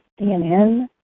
CNN